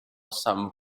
some